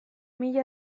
mila